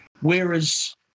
Whereas